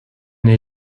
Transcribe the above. n’ai